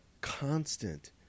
constant